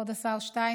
כבוד השר שטייניץ,